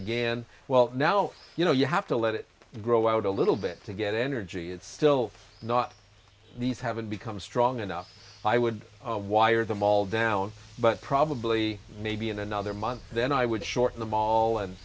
again well now you know you have to let it grow out a little bit to get energy it's still not these haven't become strong enough i would why are them all down but probably maybe in another month then i would shorten them all and